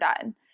done